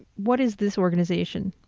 what is this organization?